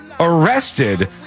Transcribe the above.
arrested